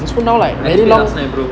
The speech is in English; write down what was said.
I just played last night bro